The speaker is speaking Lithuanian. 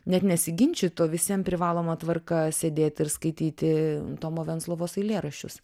net nesiginčyt o visiems privaloma tvarka sėdėt ir skaityti tomo venclovos eilėraščius